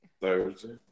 Thursday